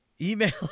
Email